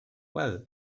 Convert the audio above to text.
well